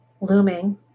looming